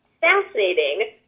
fascinating